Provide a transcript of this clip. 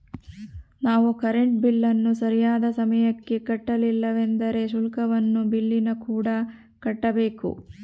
ನಾವು ಕರೆಂಟ್ ಬಿಲ್ಲನ್ನು ಸರಿಯಾದ ಸಮಯಕ್ಕೆ ಕಟ್ಟಲಿಲ್ಲವೆಂದರೆ ಶುಲ್ಕವನ್ನು ಬಿಲ್ಲಿನಕೂಡ ಕಟ್ಟಬೇಕು